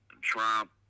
Trump